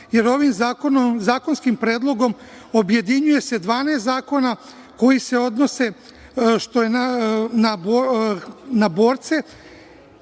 jer ovim zakonskim predlogom objedinjuje se 12 zakona koji se odnose na borce,